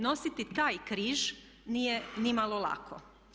Nositi taj križ nije ni malo lako.